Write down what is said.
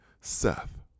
seth